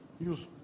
use